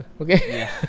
okay